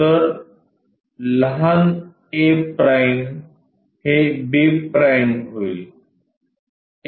तर लहान a' हे b' होईल